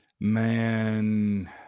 Man